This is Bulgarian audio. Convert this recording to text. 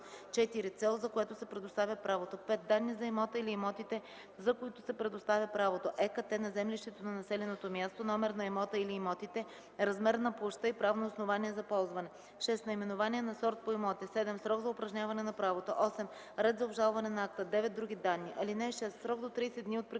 4. цел, за която се предоставя правото; 5. данни за имота или имотите, за които се предоставя правото – ЕКАТТЕ на землището на населеното място, номер на имота или имотите, размер на площта и правно основание за ползване; 6. наименование на сорт по имоти; 7. срок за упражняване на правото; 8. ред за обжалване на акта; 9. други данни. (6) В срок до 30 дни от приключване